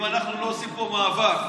אם אנחנו לא עושים פה מאבק,